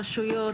הרשויות,